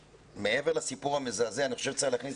מעבר לסיפור המזעזע אני חושב שצריך להכניס